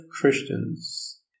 Christians